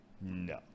no